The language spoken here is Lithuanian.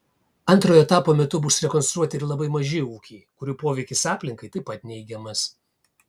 antrojo etapo metu bus rekonstruoti ir labai maži ūkiai kurių poveikis aplinkai taip pat neigiamas